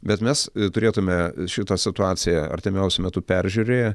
bet mes turėtume šitą situaciją artimiausiu metu peržiūrėję